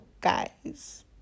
guys